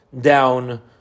down